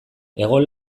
egon